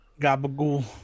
Gabagool